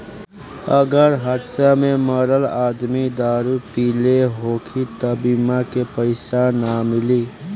अगर हादसा में मरल आदमी दारू पिले होखी त बीमा के पइसा ना मिली